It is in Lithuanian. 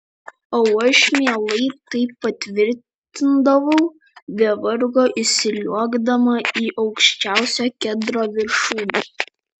o aš mielai tai patvirtindavau be vargo įsliuogdama į aukščiausio kedro viršūnę